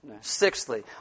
Sixthly